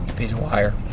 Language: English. piece of wire.